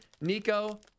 Nico